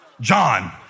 John